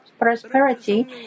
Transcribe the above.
prosperity